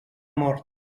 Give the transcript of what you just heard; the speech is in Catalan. mort